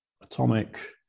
atomic